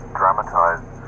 dramatized